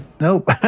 Nope